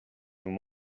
nous